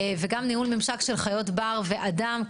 וגם ניהול ממשק של חיות בר ואדם.